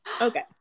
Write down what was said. okay